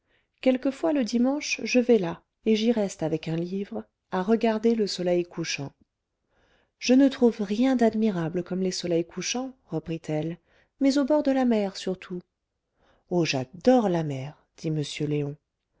quelquefois le dimanche je vais là et j'y reste avec un livre à regarder le soleil couchant je ne trouve rien d'admirable comme les soleils couchants reprit-elle mais au bord de la mer surtout oh j'adore la mer dit m léon